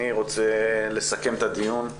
אני רוצה לסכם את הדיון,